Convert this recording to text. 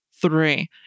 Three